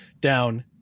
down